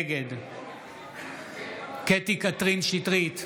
נגד קטי קטרין שטרית,